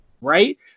right